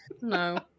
No